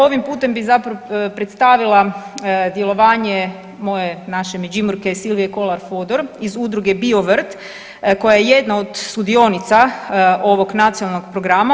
Ovim putem bi zapravo predstavila djelovanje moje, naše Međimurke Silvije Kolar Fodor iz Udruge Biovrt koja je jedna od sudionica ovog Nacionalnog programa.